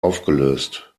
aufgelöst